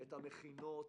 את המכינות,